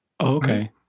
Okay